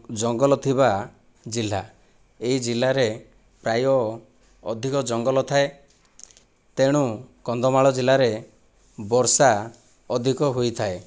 ଜଙ୍ଗଲ ଥିବା ଜିଲ୍ଲା ଏହି ଜିଲ୍ଲାରେ ପ୍ରାୟ ଅଧିକ ଜଙ୍ଗଲ ଥାଏ ତେଣୁ କନ୍ଧମାଳ ଜିଲ୍ଲାରେ ବର୍ଷା ଅଧିକ ହୋଇଥାଏ